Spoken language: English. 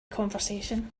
conversation